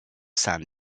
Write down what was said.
san